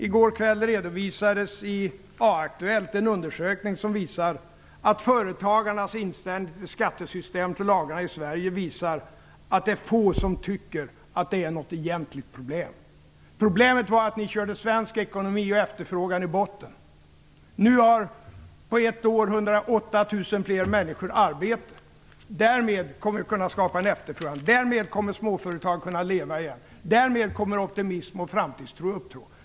I går kväll redovisades i A-Ekonomi en undersökning om företagarnas inställning till skattesystemet och lagarna i Sverige. Den visade att det är få som tycker att detta är något egentligt problem. Problemet var att ni körde svensk ekonomi och efterfrågan i botten. Nu har på ett år 108 000 fler människor fått arbete. Därmed kommer vi att kunna skapa en efterfrågan. Därmed kommer småföretag att kunna leva igen. Därmed kommer optimism och framtidstro att uppstå.